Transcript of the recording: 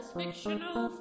fictional